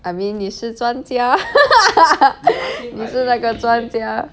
I mean 你是专家 你是哪个专家